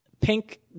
Pink